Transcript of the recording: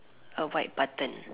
a white button